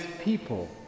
people